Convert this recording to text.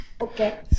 Okay